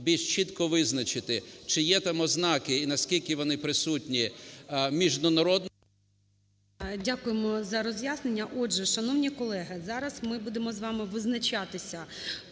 більш чітко визначити, чи є там ознаки і наскільки вони присутні… ГОЛОВУЮЧИЙ. Дякуємо за роз'яснення. Отже, шановні колеги, зараз ми будемо з вами визначатися